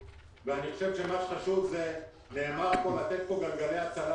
ואני חושב שמה שחשוב זה לתת כאן גלגלי הצלה